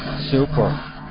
Super